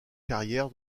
carrière